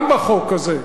זה גם בחוק הזה.